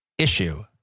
issue